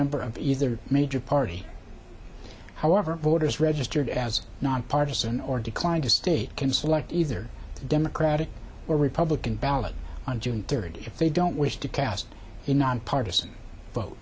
ember of either major party however voters registered as nonpartisan or declined a state can select either democratic or republican ballot on june thirtieth they don't wish to cast a nonpartisan vote